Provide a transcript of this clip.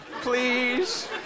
Please